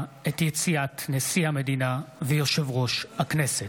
את יציאת נשיא המדינה ויושב-ראש הכנסת.